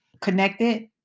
connected